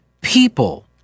people